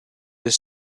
his